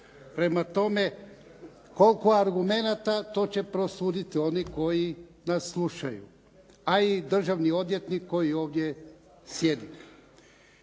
Prema tome koliko argumenata to će prosuditi oni koji nas slušaju, a i državni odvjetnik koji ovdje sjedi.